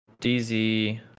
DZ